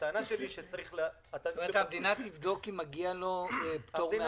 כלומר המדינה תבדוק אם מגיע לו פטור מארנונה?